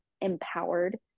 empowered